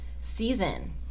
season